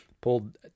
Pulled